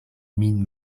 min